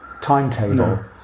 timetable